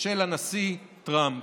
של הנשיא טראמפ.